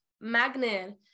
magnet